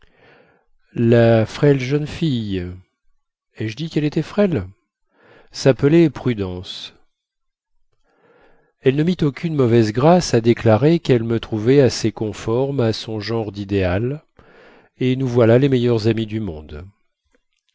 la frêle jeune fille ai-je dit quelle était frêle sappelait prudence elle ne mit aucune mauvaise grâce à déclarer quelle me trouvait assez conforme à son genre didéal et nous voilà les meilleurs amis du monde